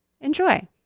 Enjoy